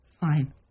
Fine